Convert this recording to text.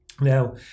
Now